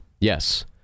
Yes